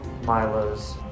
Milo's